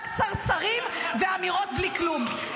רק צרצרים ואמירות בלי כלום.